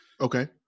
Okay